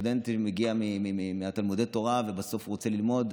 סטודנט שמגיע מתלמודי התורה ובסוף רוצה ללמוד,